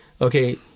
okay